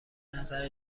نظر